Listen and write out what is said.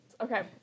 okay